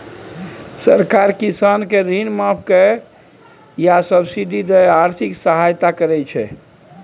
सरकार किसान केँ ऋण माफ कए या सब्सिडी दए आर्थिक सहायता करै छै